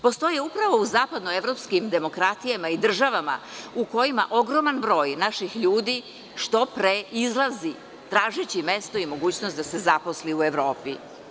Postoje upravo u zapadnoevropskim demokratijama i državama u kojima ogroman broj naših ljudi što pre izlazi tražeći mesto i mogućnost da se zaposli u Evropi.